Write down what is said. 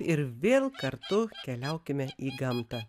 ir vėl kartu keliaukime į gamtą